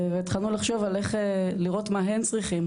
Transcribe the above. והתחלנו לחשוב על איך לראות מה הם צריכים,